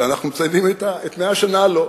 ואנחנו מציינים את מלאות 100 השנה לייסודו.